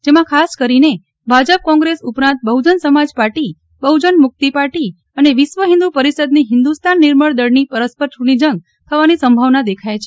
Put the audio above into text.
જેમાં ખાસ કરીને ભાજપ કોંગ્રેસ ઉપરાંત બહુજન સમાજ પાર્ટીબહુજન મુક્તિ પાર્ટી અને વિશ્વ હિંદુ પરિષદની હિન્દુસ્તાન નિર્મળ દળની પરસ્પર ચુંટણી જંગ થવાની સંભાવના દેખાય છે